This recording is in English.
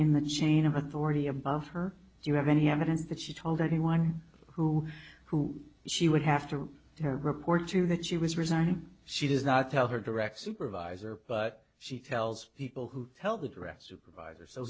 in the chain of authority about her do you have any evidence that she told anyone who who she would have to report to that she was resigning she does not tell her direct supervisor but she tells people who tell the direct supervisor so